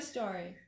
Story